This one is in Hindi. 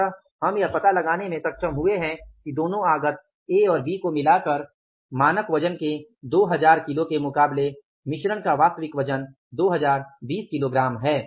अतः हम यह पता लगाने में सक्षम हुए कि दोनों आगत ए और बी को मिलाकर मानक वजन के 2000 किलो के मुकाबले मिश्रण का वास्तविक वजन 2020 किलोग्राम है